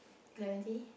clement